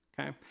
Okay